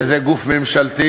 שזה גוף ממשלתי,